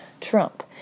Trump